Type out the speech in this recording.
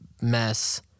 mess